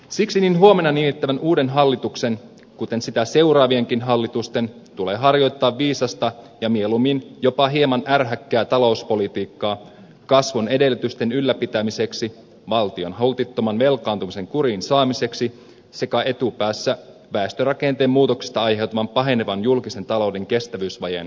siksi niin huomenna nimitettävän uuden hallituksen kuten sitä seuraavienkin hallitusten tulee harjoittaa viisasta ja mieluummin jopa hieman ärhäkkää talouspolitiikkaa kasvun edellytysten ylläpitämiseksi valtion holtittoman velkaantumisen kuriin saamiseksi sekä etupäässä väestörakenteen muutoksista aiheutuvan pahenevan julkisen talouden kestävyysvajeen kaventamiseksi